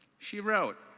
she wrote,